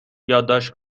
یادداشت